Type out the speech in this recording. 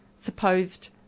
supposed